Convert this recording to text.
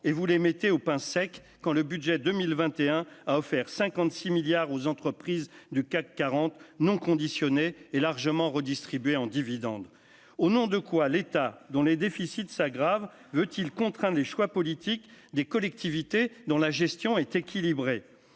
et vous les mettez au pain sec quand le budget 2021 a offert 56 milliards aux entreprises du CAC 40 non conditionnée et largement redistribué en dividendes au nom de quoi l'État dont les déficits s'aggrave, veut-il contraint des choix politiques des collectivités dont la gestion est équilibrée,